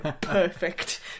Perfect